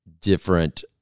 different